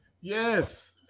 Yes